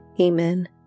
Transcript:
Amen